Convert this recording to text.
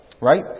right